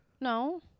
No